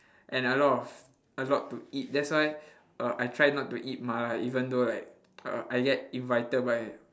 and a lot of a lot to eat that's why uh I try not to eat mala even though like uh I get invited by